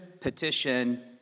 petition